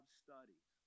studies